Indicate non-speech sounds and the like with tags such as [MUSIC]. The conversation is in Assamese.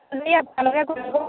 [UNINTELLIGIBLE]